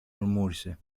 μουρμούρισε